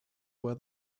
where